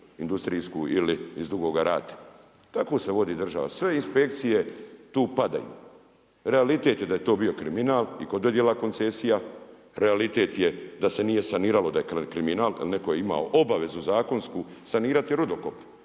industrijsku ili iz Dugoga Rata. Tako se vodi država, sve inspekcije tu padaju. Realitet je da je to bio kriminal i kod dodjela koncesija, realitet je da se nije saniralo da je kriminal jer neko je imao obavezu zakonsku sanirati rudokop.